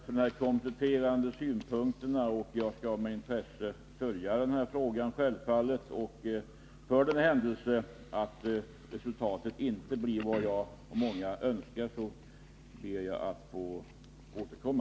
Herr talman! Jag tackar för de här kompletterande synpunkterna, och jag skall självfallet med intresse följa frågan. För den händelse resultatet inte blir vad jag och många med mig önskar ber jag att få återkomma.